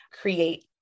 create